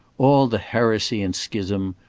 all the heresy and schism,